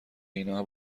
اینا